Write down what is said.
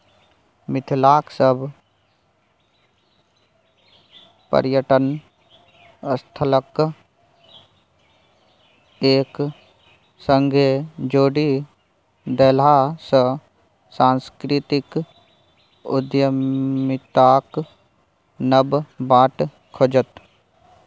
मिथिलाक सभ पर्यटन स्थलकेँ एक संगे जोड़ि देलासँ सांस्कृतिक उद्यमिताक नब बाट खुजत